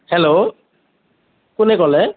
hello কোনে ক'লে